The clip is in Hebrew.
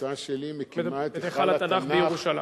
ההצעה שלי מקימה את היכל את היכל התנ"ך בירושלים.